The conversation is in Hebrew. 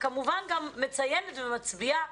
וכמובן גם מציינת ומצביעה